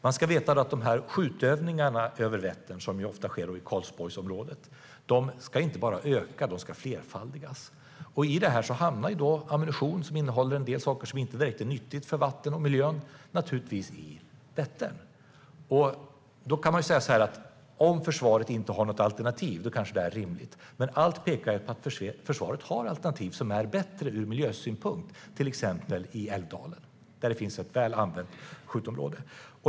Man ska veta att de skjutövningar över Vättern, som ofta sker i Karlsborgsområdet, inte bara ska öka. De ska flerfaldigas. Här hamnar ammunition som innehåller en del saker som inte direkt är nyttigt för vattnet och miljön i Vättern. Om försvaret inte har något alternativ kanske det är rimligt. Men allt pekar på att försvaret har alternativ som är bättre ur miljösynpunkt, till exempel i Älvdalen där det finns ett väl använt skjutområde.